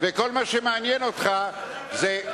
וכל מה שמעניין אותך זה,